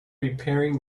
repairing